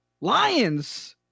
Lions